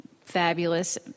fabulous